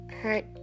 hurt